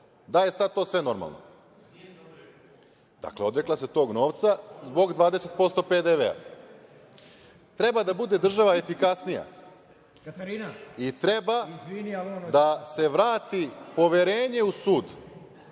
da je sad to sve normalno? Dakle, odrekla se tog novca zbog 20% PDV.Treba da bude država efikasnija i treba da se vrati poverenje u sud,